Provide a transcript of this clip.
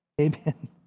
Amen